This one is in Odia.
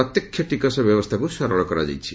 ପ୍ରତ୍ୟକ୍ଷ ଟିକସ ବ୍ୟବସ୍ଥାକୁ ସରଳ କରାଯାଇଛି